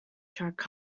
track